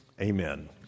Amen